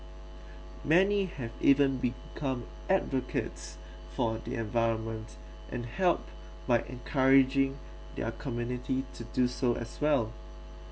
many have even become advocates for the environment and help by encouraging their community to do so as well